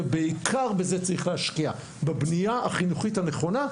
ובעיקר בזה צריך להשקיע בבנייה החינוכית הנכונה,